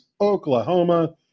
Oklahoma